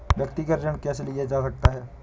व्यक्तिगत ऋण कैसे लिया जा सकता है?